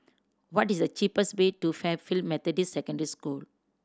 what is the cheapest way to Fairfield Methodist Secondary School